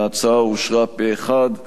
ההצעה אושרה פה-אחד בוועדה,